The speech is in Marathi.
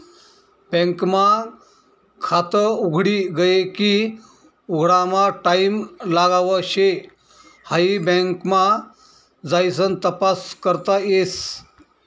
बँक मा खात उघडी गये की उघडामा टाईम लागाव शे हाई बँक मा जाइसन तपास करता येस